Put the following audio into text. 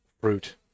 fruit